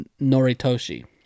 Noritoshi